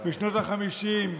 בשנות החמישים,